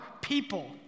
people